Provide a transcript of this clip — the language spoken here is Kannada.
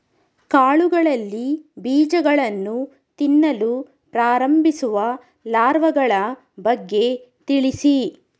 ಕಾಳುಗಳಲ್ಲಿ ಬೀಜಗಳನ್ನು ತಿನ್ನಲು ಪ್ರಾರಂಭಿಸುವ ಲಾರ್ವಗಳ ಬಗ್ಗೆ ತಿಳಿಸಿ?